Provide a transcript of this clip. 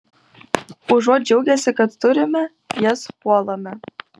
užuot džiaugęsi kad turime jas puolame